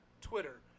Twitter